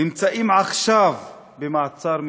נמצאים עכשיו במעצר מינהלי.